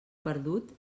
perdut